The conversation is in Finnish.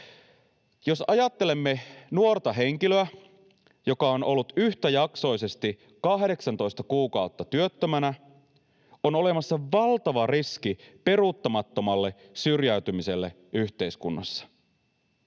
Jos ajattelemme nuorta henkilöä, joka on ollut yhtäjaksoisesti 18 kuukautta työttömänä, on olemassa valtava riski peruuttamattomalle syrjäytymiselle yhteiskunnassa.